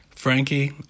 Frankie